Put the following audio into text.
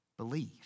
Believe